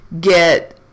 get